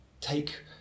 take